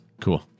Cool